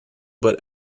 but